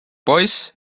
poiss